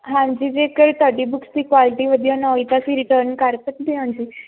ਹਾਂਜੀ ਜੇਕਰ ਤੁਹਾਡੀ ਬੁੱਕਸ ਦੀ ਕੁਆਲਿਟੀ ਵਧੀਆ ਨਾ ਹੋਈ ਤਾਂ ਅਸੀਂ ਰਿਟਰਨ ਕਰ ਸਕਦੇ ਹਾਂ ਜੀ